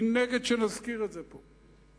היא נגד שנזכיר את זה פה.